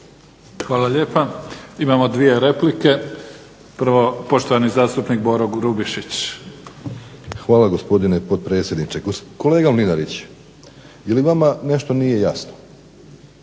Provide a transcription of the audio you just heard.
Hvala lijepa. Imamo dvije replike. Prvo poštovani zastupnik Boro Grubišić. **Grubišić, Boro (HDSSB)** Hvala gospodine potpredsjedniče. Kolega Mlinarić, je li vama nešto nije jasno?